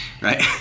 right